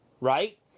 right